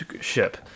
ship